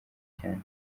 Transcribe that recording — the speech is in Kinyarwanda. cyane